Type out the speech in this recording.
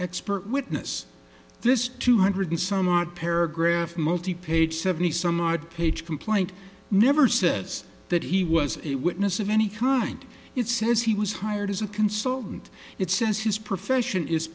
expert witness this two hundred some odd paragraph multi page seventy some odd page complaint never says that he was a witness of any kind it says he was hired as a consultant it says his profession is